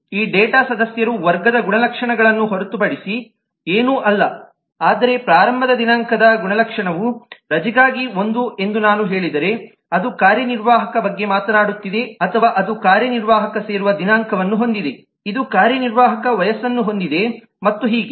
ಈ ಡೇಟಾ ಸದಸ್ಯರು ವರ್ಗದ ಗುಣಲಕ್ಷಣಗಳನ್ನು ಹೊರತುಪಡಿಸಿ ಏನೂ ಅಲ್ಲ ಆದರೆ ಪ್ರಾರಂಭದ ದಿನಾಂಕದ ಗುಣಲಕ್ಷಣವು ರಜೆಗಾಗಿ ಒಂದು ಎಂದು ನಾನು ಹೇಳಿದರೆಅದು ಕಾರ್ಯನಿರ್ವಾಹಕ ಬಗ್ಗೆ ಮಾತನಾಡುತ್ತಿದೆ ಅಥವಾ ಅದು ಕಾರ್ಯನಿರ್ವಾಹಕ ಸೇರುವ ದಿನಾಂಕವನ್ನು ಹೊಂದಿದೆಇದು ಕಾರ್ಯನಿರ್ವಾಹಕ ವಯಸ್ಸನ್ನು ಹೊಂದಿದೆ ಮತ್ತು ಹೀಗೆ